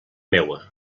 meua